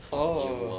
oh oh oh